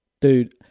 dude